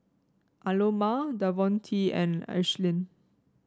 Aloma Davonte and Ashlynn